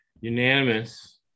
unanimous